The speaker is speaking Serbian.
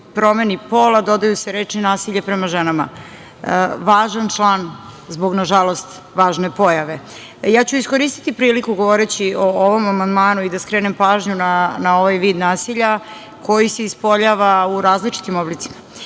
promeni pola“, dodaju se reči: „Nasilje prema ženama“. Važan član, zbog, nažalost, važne pojave. Iskoristiću priliku govoreći o ovom amandmanu i da skrenem pažnju na ovaj vid nasilja, koji se ispoljava u različitim oblicima.